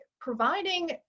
providing